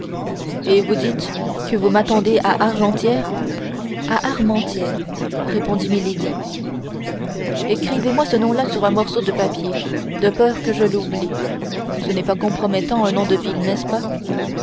et vous dites que vous m'attendez à argentières à armentières répondit milady écrivez-moi ce nom-là sur un morceau de papier de peur que je l'oublie ce n'est pas compromettant un nom de ville n'est-ce pas